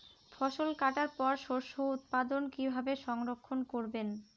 ফসল কাটার পর শস্য উৎপাদন কিভাবে সংরক্ষণ করবেন?